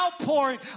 outpouring